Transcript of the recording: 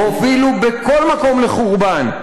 הובילו בכל מקום לחורבן.